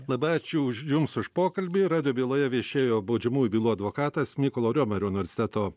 labai ačiū už jums už pokalbį ir radijo byloje viešėjo baudžiamųjų bylų advokatas mykolo riomerio universiteto